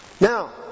Now